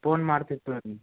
phone ಮಾಡ್ತಿವಿ ತಗೋ ರೀ